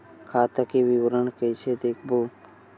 खाता के विवरण कइसे देखबो?